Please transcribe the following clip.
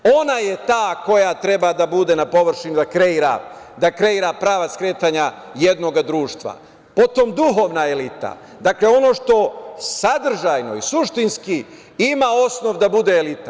Ona je ta koja treba da bude na površini, da kreira pravac kretanja jednog društva, potom duhovna elita, dakle, ono što sadržajno u suštinski ima osnov da bude elita.